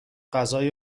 غذای